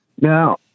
Now